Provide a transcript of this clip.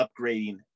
upgrading